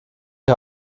die